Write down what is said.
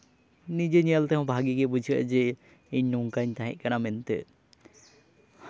ᱱᱤᱡᱮ ᱧᱮᱞᱛᱮ ᱵᱷᱟᱹᱜᱤ ᱜᱮ ᱵᱩᱡᱷᱟᱹᱜᱼᱟ ᱡᱮ ᱤᱧ ᱱᱚᱝᱠᱟᱧ ᱛᱟᱦᱮᱸ ᱠᱟᱱᱟ ᱢᱮᱱᱛᱮ